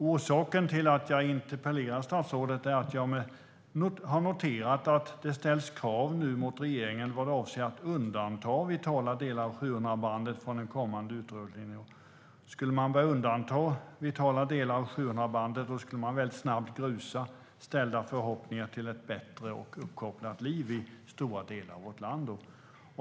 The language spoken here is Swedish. Orsaken till att jag har interpellerat statsrådet är att jag har noterat att det nu ställs krav på regeringen att undanta vitala delar av 700-megahertzbandet från den kommande utrullningen. Skulle man börja undanta vitala delar av 700-megahertzbandet skulle man mycket snabbt grusa ställda förhoppningar om ett bättre och uppkopplat liv i stora delar av vårt land.